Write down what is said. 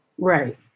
Right